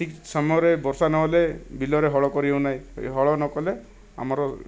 ଠିକ୍ ସମୟରେ ବର୍ଷା ନହେଲେ ବିଲରେ ହଳ କରିହେଉନାହିଁ ହଳ ନକଲେ ଆମର